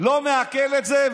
לא מעכל את זה,